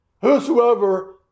whosoever